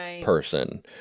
person